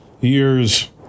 years